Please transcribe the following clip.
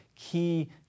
key